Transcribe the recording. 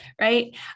right